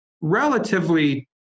relatively